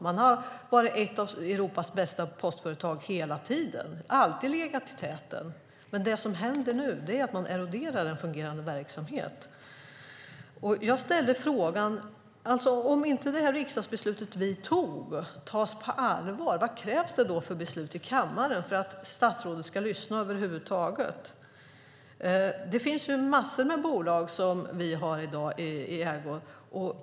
Man har varit ett av Europas bästa postföretag hela tiden och alltid legat i täten. Men det som händer nu är att man eroderar en fungerande verksamhet. Om inte det riksdagsbeslut vi tog tas på allvar, vad krävs det då för beslut i kammaren för att statsrådet ska lyssna över huvud taget? Det finns massor med bolag som vi har i vår ägo i dag.